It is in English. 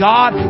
God